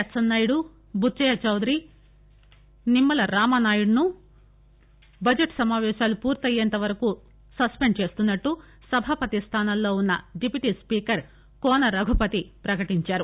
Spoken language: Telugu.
అచ్చంనాయుడు బుచ్చయ్య చౌదరి నిమ్మల రామానాయుడును బడ్లెట్ సమావేశాలు పూర్తి అయ్యే వరకు సస్పెండ్ చేస్తున్నట్లు సభాపతి స్థానంలో వున్న డిప్యూటీ సీకర్ కోన రఘుపతి ప్రకటించారు